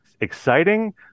exciting